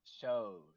shows